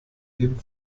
leben